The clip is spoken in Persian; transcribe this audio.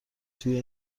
توی